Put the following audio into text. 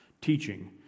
teaching